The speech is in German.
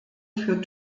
für